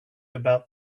about